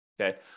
Okay